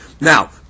Now